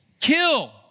kill